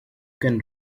can